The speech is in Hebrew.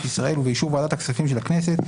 ישראל ובאישור ועדת הכספים של הכנסת,